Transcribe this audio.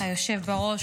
תודה רבה, היושב בראש.